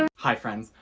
um hi friends,